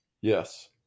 Yes